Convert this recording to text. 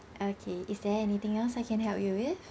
okay is there anything else I can help you with